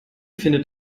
findet